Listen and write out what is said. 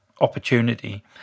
opportunity